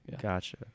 gotcha